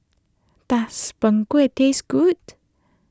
does Png Kueh taste good